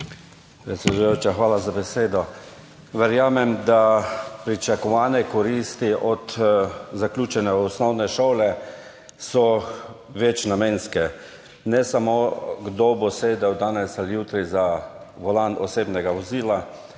hvala za besedo. Verjamem, da so pričakovane koristi od zaključene osnovne šole večnamenske, ne samo, kdo bo sedel danes ali jutri za volan osebnega vozila.